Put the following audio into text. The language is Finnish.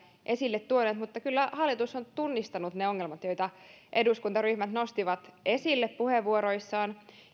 esille tuoneet kyllä hallitus on tunnistanut ne ongelmat joita eduskuntaryhmät nostivat esille puheenvuoroissaan